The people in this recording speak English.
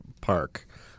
park